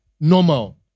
Normal